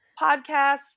podcast